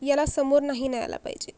याला समोर नाही न्यायला पाहिजेत